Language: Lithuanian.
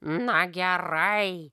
na gerai